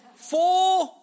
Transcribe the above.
Four